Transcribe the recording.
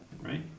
right